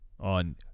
on